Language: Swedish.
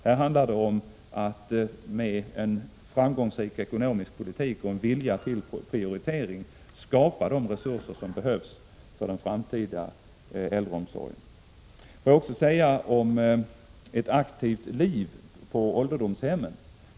Det handlar i stället om att med en framgångsrik ekonomisk politik och en vilja till prioritering skapa de resurser som behövs för den framtida äldreomsorgen. Sedan vill jag säga några ord om detta med ett aktivt liv på ålderdomshemmen.